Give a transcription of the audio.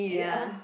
ya